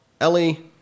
Ellie